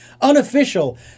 unofficial